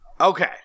okay